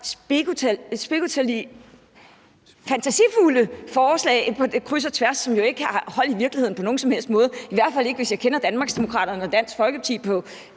diskutere fantasifulde forslag, som jo ikke har hold i virkeligheden på nogen som helst måde, i hvert fald ikke, hvis jeg kender Danmarksdemokraterne og Dansk Folkeparti